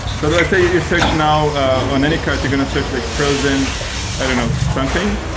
so let's say you search now on any card, you're going to search like frozen i don't know, something,